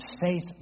faith